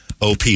OP